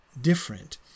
different